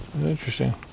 Interesting